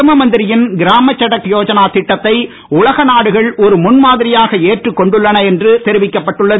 பிரதம மந்திரியின் கிராம சடக் யோஜனா திட்டத்தை உலக நாடுகள் ஒரு முன்மாதிரியாக ஏற்றுக் கொண்டுள்ளன என்று தெரிவிக்கப்பட்டுள்ளது